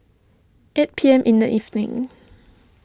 eight P M in the evening